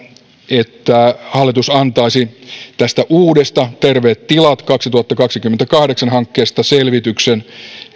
että hallitus antaisi tästä uudesta terveet tilat kaksituhattakaksikymmentäkahdeksan hankkeesta selvityksen